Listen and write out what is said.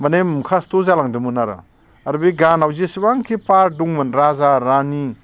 माने मुखासथ' जालांदोंमोन आरो आरो बे गानाव जेसेबांखि पार्ट दंमोन राजा रानि